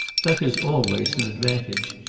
that is always an advantage.